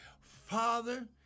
Father